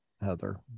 Heather